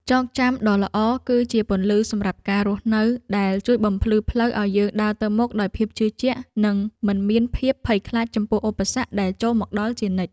ចងចាំដ៏ល្អគឺជាពន្លឺសម្រាប់ការរស់នៅដែលជួយបំភ្លឺផ្លូវឱ្យយើងដើរទៅមុខដោយភាពជឿជាក់និងមិនមានភាពភ័យខ្លាចចំពោះឧបសគ្គដែលចូលមកដល់ជានិច្ច។